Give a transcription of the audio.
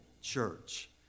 church